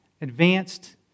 advanced